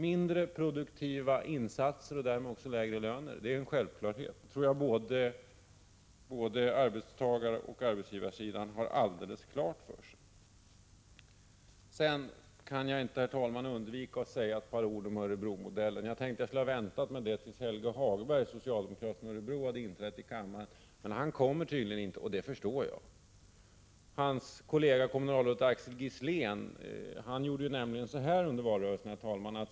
Mindre produktiva insatser innebär också lägre löner — det är en självklarhet, och det tror jag att både arbetstagaroch arbetsgivarsidan har alldeles klart för sig. Sedan kan jag inte underlåta att säga några ord om Örebromodellen. Jag hade tänkt vänta med det tills Helge Hagberg, socialdemokrat från Örebro, hade inträtt i kammaren, men han kommer tydligen inte, och det förstår jag. Jag kan berätta hur hans kollega kommunalrådet Axel Gisslén gjorde under valrörelsen.